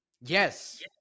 Yes